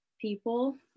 people